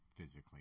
physically